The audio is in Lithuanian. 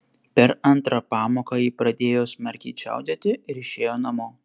per antrą pamoką ji pradėjo smarkiai čiaudėti ir išėjo namo